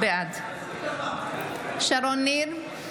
בעד שרון ניר,